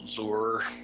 lure